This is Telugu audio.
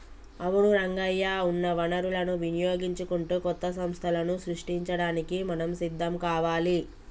అవును రంగయ్య ఉన్న వనరులను వినియోగించుకుంటూ కొత్త సంస్థలను సృష్టించడానికి మనం సిద్ధం కావాలి